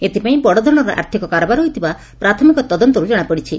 ଏଥିପାଇଁ ବଡ଼ଧରଣର ଆର୍ଥକ କାରବାର ହୋଇଥିବା ପ୍ରାଥମିକ ତଦନ୍ତରୁ ଜଶାପଡିଛି